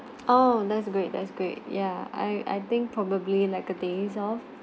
oh that's great that's great ya I I think probably like a days off